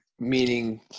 Meaning